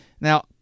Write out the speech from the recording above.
Now